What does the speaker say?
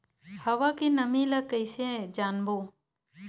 हवा के नमी ल कइसे जानबो?